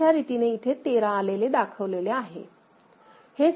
अशा रीतीने इथे 13 आलेले दाखवलेले आहे